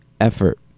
effort